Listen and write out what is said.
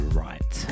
right